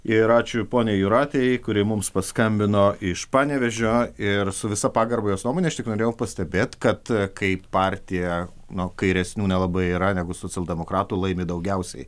ir ačiū poniai jūratei kuri mums paskambino iš panevėžio ir su visa pagarba jos nuomone aš tik norėjau pastebėt kad kai partija nuo kairesnių nelabai yra negu socialdemokratų laimi daugiausiai